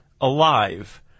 alive